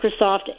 Microsoft